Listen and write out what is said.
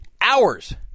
hours